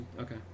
Okay